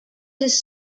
his